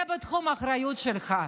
זה בתחום האחריות שלך.